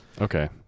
Okay